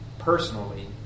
Personally